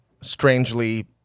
strangely